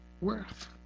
worth